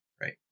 right